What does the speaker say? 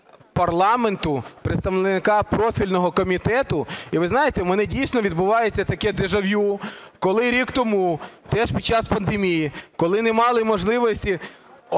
парламенту, представника профільного комітету. І ви знаєте, у мене дійсно відбувається таке дежавю, коли рік тому, теж під час пандемії, коли не мали можливості